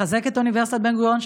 לחזק את אוניברסיטת בן-גוריון,